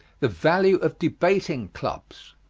the value of debating clubs.